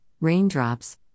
raindrops